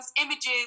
images